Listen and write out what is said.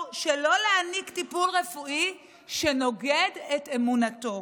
שלא להעניק טיפול רפואי שנוגד את אמונתו.